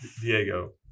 Diego